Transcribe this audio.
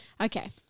Okay